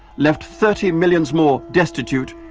left thirty millions more destitute,